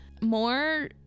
More